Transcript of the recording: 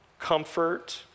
Comfort